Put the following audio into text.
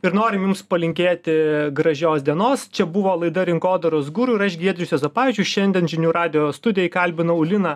ir norim jums palinkėti gražios dienos čia buvo laida rinkodaros guru ir aš giedrius juozapavičius šiandien žinių radijo studijoj kalbinau liną